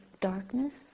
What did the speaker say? darkness